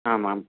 आमाम्